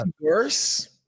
worse